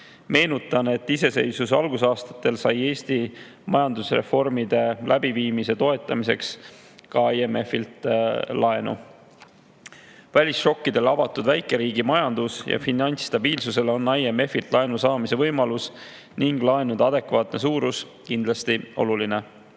Meenutan, et iseseisvuse algusaastatel sai Eesti majandusreformide läbiviimise toetamiseks ka IMF‑ilt laenu. Välisšokkidele avatud väikeriigi majandusele ja finantsstabiilsusele on IMF-ilt laenu saamise võimalus ning laenude adekvaatne suurus kindlasti oluline. Kvoodi